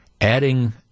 adding